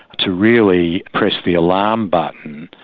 to really press the alarm button,